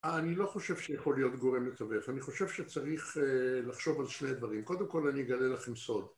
אני לא חושב שיכול להיות גורם מתווך, אני חושב שצריך לחשוב על שני דברים, קודם כל אני אגלה לכם סוד.